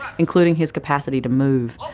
including his capacity to move,